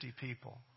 people